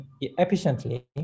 efficiently